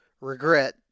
regret